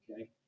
okay